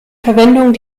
verwendung